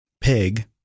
pig